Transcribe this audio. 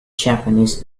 japanese